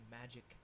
magic